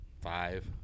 Five